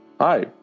Hi